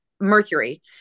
Mercury